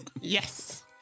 Yes